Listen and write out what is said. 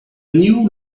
new